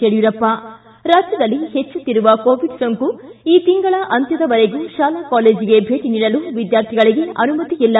ಯಡಿಯೂರಪ್ಪ ಿ ರಾಜ್ದದಲ್ಲಿ ಹೆಚ್ಚುತ್ತಿರುವ ಕೋವಿಡ್ ಸೋಂಕು ಈ ತಿಂಗಳ ಅಂತ್ಯದವರೆಗೂ ಶಾಲಾ ಕಾಲೇಜಿಗೆ ಭೇಟಿ ನೀಡಲು ವಿದ್ಯಾರ್ಥಿಗಳಿಗೆ ಅನುಮತಿಯಿಲ್ಲ